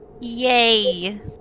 Yay